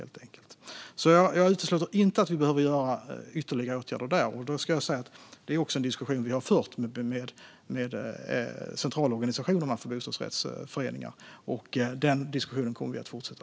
Jag utesluter alltså inte att vi behöver vidta ytterligare åtgärder. Det är också en diskussion som vi har fört med centralorganisationerna för bostadsrättsföreningar. Den diskussionen kommer vi att fortsätta.